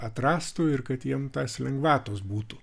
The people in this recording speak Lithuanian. atrastų ir kad jiem tos lengvatos būtų